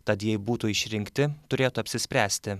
tad jei būtų išrinkti turėtų apsispręsti